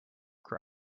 cry